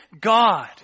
God